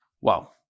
Wow